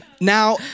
Now